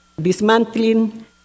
dismantling